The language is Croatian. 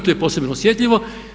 To je posebno osjetljivo.